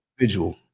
individual